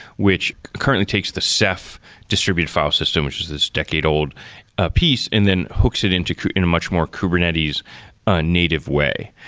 which currently takes the ceph distributed file system, which is this decade-old ah piece and then hooks it in a much more kubernetes native way.